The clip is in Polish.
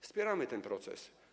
Wspieramy ten proces.